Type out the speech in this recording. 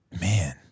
man